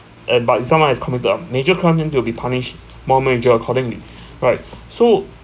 and but if someone has committed a major crime then they will be punished more major accordingly right so